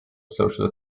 social